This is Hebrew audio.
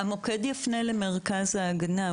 המוקד יפנה למרכז ההגנה,